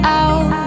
out